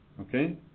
Okay